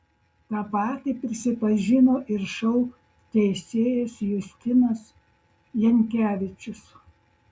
tą patį prisipažino ir šou teisėjas justinas jankevičius